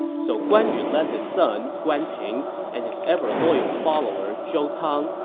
so guan yu led his son guan ping and his ever loyal follower zhou cang,